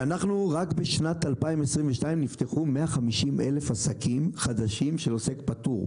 רק בשנת 2022 נפתחו 150 אלף עסקים חדשים של עוסק פטור,